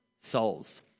souls